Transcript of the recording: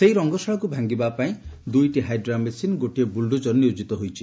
ସେହି ରଙ୍ଙଶାଳାକୁ ଭାଙ୍ଗିବା ଲାଗି ଦୁଇଟି ହାଇଡ୍ରା ମେସିନ୍ ଗୋଟିଏ ବୂଲ୍ଡୋଜର୍ ନିୟୋଜିତ ହୋଇଛି